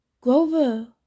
Grover